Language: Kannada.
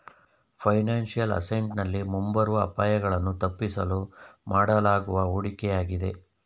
ಫೈನಾನ್ಸಿಯಲ್ ಅಸೆಂಟ್ ನಲ್ಲಿ ಮುಂಬರುವ ಅಪಾಯಗಳನ್ನು ತಪ್ಪಿಸಲು ಮಾಡಲಾಗುವ ಹೂಡಿಕೆಯಾಗಿದೆ